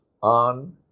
on